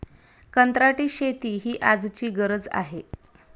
कंत्राटी शेती ही आजची गरज आहे